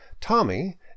Tommy